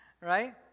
right